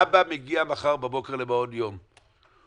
אבא מגיע מחר בבוקר למעון יום,